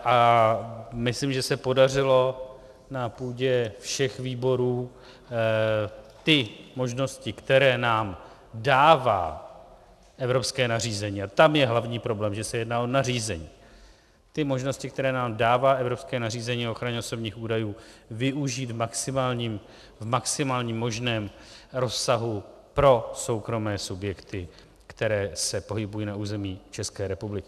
A myslím, že se podařilo na půdě všech výborů ty možnosti, které nám dává evropské nařízení a tam je hlavní problém, že se jedná o nařízení ty možnosti, které nám dává evropské nařízení o ochraně osobních údajů, využít v maximálním možném rozsahu pro soukromé subjekty, které se pohybují na území České republiky.